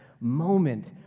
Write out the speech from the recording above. moment